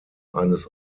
eines